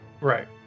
Right